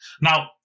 Now